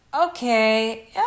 okay